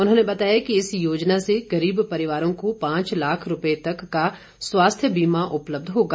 उन्होंने बताया कि इस योजना से गरीब परिवारों को पांच लाख रुपए तक का स्वाास्थ्य बीमा उपलब्ध होगा